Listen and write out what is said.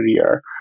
career